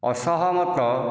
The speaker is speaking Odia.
ଅସହମତ